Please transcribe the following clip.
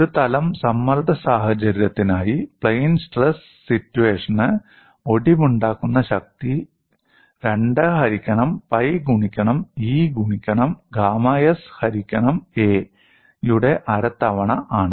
ഒരു തലം സമ്മർദ്ദ സാഹചര്യത്തിനായി പ്ലെയിൻ സ്ട്രെസ് സിറ്റുവേഷന് ഒടിവുണ്ടാക്കുന്ന ശക്തി '2 ഹരിക്കണം പൈ ഗുണിക്കണം E ഗുണിക്കണം ഗാമ s ഹരിക്കണം a' യുടെ അര തവണ ആണ്